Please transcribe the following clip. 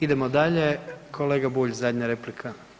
Idemo dalje, kolega Bulj zadnja replika.